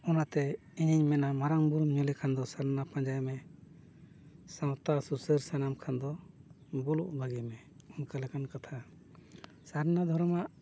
ᱚᱱᱟᱛᱮ ᱤᱧᱤᱧ ᱢᱮᱱᱟ ᱢᱟᱨᱟᱝ ᱵᱩᱨᱩᱢ ᱧᱮᱞᱮ ᱠᱷᱟᱱ ᱫᱚ ᱥᱟᱨᱱᱟ ᱯᱟᱸᱡᱟᱭ ᱢᱮ ᱥᱟᱶᱛᱟ ᱥᱩᱥᱟᱹᱨ ᱥᱟᱱᱟᱢ ᱠᱷᱟᱱ ᱫᱚ ᱵᱩᱞᱩᱜ ᱵᱷᱟᱹᱜᱤᱭ ᱢᱮ ᱚᱱᱠᱟ ᱞᱮᱠᱟᱱ ᱠᱟᱛᱷᱟ ᱥᱟᱨᱱᱟ ᱫᱷᱚᱨᱚᱢᱟᱜ